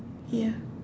ya